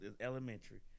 elementary